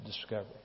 discovery